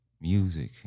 music